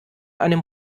einem